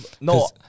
No